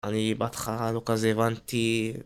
אני בהתחלה לא כזה הבנתי